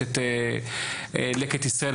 יש את לקט ישראל,